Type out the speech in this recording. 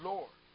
Lord